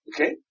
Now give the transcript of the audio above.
Okay